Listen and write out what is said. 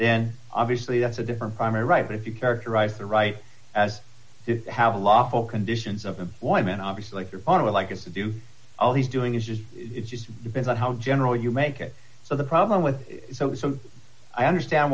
then obviously that's a different primary right but if you characterize the right as have a lawful conditions of employment obviously if you're going to like it to do all he's doing is just it just depends on how general you make it so the problem with so i understand